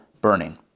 burning